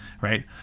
Right